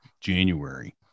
january